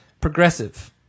progressive